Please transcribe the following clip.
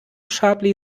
sharply